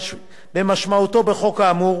במשמעותו בחוק האמור,